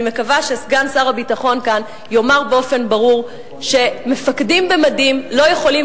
אני מקווה שסגן שר הביטחון כאן יאמר באופן ברור שמפקדים במדים לא יכולים